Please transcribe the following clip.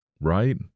right